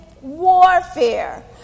warfare